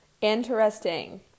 Interesting